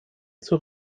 zur